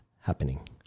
happening